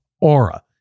Aura